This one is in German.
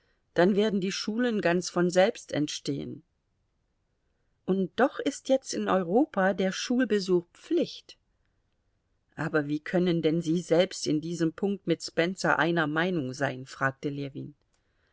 dann werden die schulen ganz von selbst entstehen und doch ist jetzt in ganz europa der schulbesuch pflicht aber wie können denn sie selbst in diesem punkt mit spencer einer meinung sein fragte ljewin